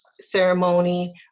ceremony